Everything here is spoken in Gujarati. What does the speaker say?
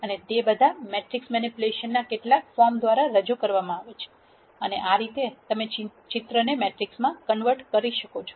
અને તે બધા મેટ્રિક્સ મેનીપ્યુલેશન ના કેટલાક ફોર્મ દ્વારા રજુ કરવામાં આવે છે અને આ રીતે તમે ચિત્રને મેટ્રિક્સમાં કન્વર્ટ કરો છો